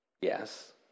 Yes